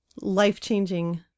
life-changing